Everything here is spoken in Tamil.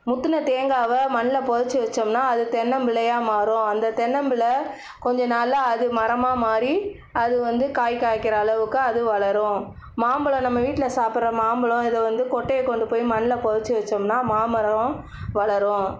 முத்தின தேங்காயை மண்ணில் பொதைச்சு வைச்சோம்னா அது தென்னம்பிள்ளையாக மாறும் அந்த தென்னம்பிள்ளை கொஞ்ச நாளில் அது மரமாக மாறி அது வந்து காய் காய்க்கிற அளவுக்கு அது வளரும் மாம்பழம் நம்ம வீட்டில் சாப்பிட்ற மாம்பழம் இது வந்து கொட்டையை கொண்டு போய் மண்ணில் பொதைச்சு வைச்சோம்னா மாமரம் வளரும்